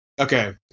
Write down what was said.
okay